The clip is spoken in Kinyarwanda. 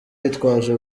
yitwaje